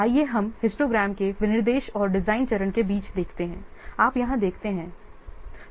आइए हम हिस्टोग्राम के विनिर्देश और डिज़ाइन चरण के बीच देखते हैं आप यहां देखते हैं